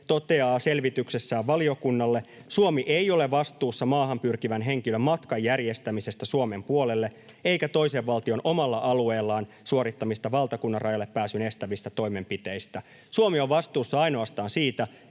toteaa selvityksessään valiokunnalle, Suomi ei ole vastuussa maahan pyrkivän henkilön matkan järjestämisestä Suomen puolelle eikä toisen valtion omalla alueellaan suorittamista valtakunnanrajalle pääsyn estävistä toimenpiteistä. Suomi on vastuussa ainoastaan siitä,